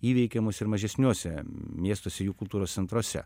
įveikiamos ir mažesniuose miestuose jų kultūros centruose